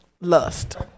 Lust